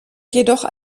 jedoch